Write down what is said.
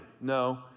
No